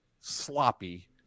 sloppy